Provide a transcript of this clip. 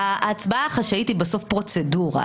ההצבעה החשאית היא בסוף פרוצדורה.